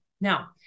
Now